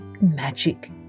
magic